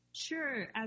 Sure